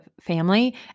family